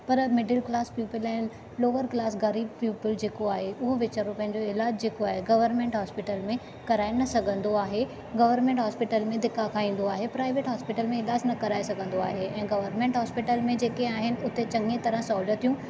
पर middle class people ऐं lower class ग़रीब पीपल जेको आहे उहो वेचारो पंहिंजो इलाजु जेको आहे गवर्नमेंट हॉस्पिटल में कराए न सघंदो आहे गवर्नमेंट हॉस्पिटल में धिका खाईंदो आहे प्राइवेट हॉस्पिटल में इलाजु न कराए सघंदो आहे ऐं गवर्नमेंट हॉस्पिटल में जेके आहिनि उते चंङी तरह सहूलियतुं